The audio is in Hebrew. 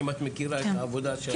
אם את מכירה את העבודה של הסייעות.